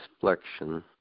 flexion